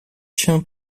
się